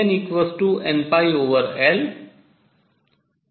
knnπL 2 भी है